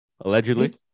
allegedly